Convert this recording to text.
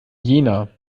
jena